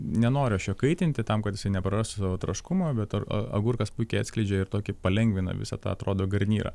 nenoriu aš jo kaitinti tam kad jisai neprarastų savo traškumo bet ar agurkas puikiai atskleidžia ir tokį palengvina visą tą atrodo garnyrą